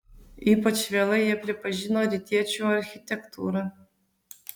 ypač vėlai jie pripažino rytiečių architektūrą